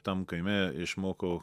tam kaime išmoko